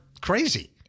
crazy